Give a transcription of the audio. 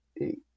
eight